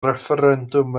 refferendwm